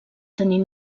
tenir